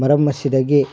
ꯃꯔꯝ ꯑꯁꯤꯗꯒꯤ